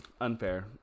unfair